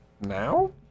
now